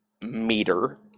meter